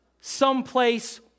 someplace